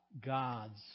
God's